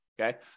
Okay